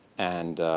and